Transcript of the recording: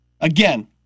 again